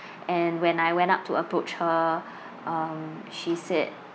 and when I went up to approach her um she said